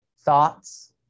thoughts